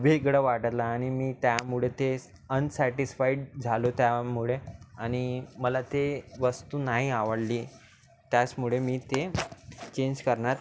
वेगळं वाटरला आणि मी त्यामुळे थेस अन्सॅटिस्फाईड झालो त्यामुळे आणि मला ते वस्तू नाही आवडली त्याचमुळे मी ते चेंज करणार इ आ